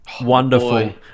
Wonderful